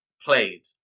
played